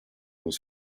was